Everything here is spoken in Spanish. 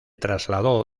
trasladó